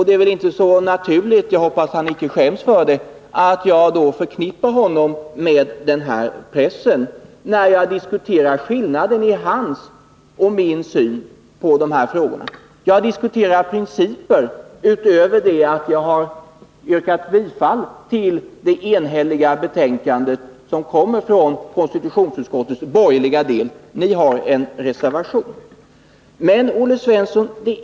Det är väl inte onaturligt att jag då förknippar honom -— jag hoppas att han inte skäms för det — med den pressen, när jag diskuterar skillnaden i hans och min syn på dessa frågor. Jag har här diskuterat principer. Konstitutionsutskottets borgerliga del är enhällig — ni har däremot en reservation.